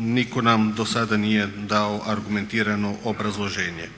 nitko nam do sada nije dao argumentirano obrazloženje.